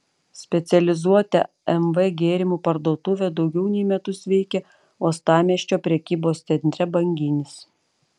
specializuota mv gėrimų parduotuvė daugiau nei metus veikia uostamiesčio prekybos centre banginis